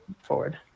forward